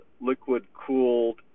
liquid-cooled